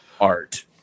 art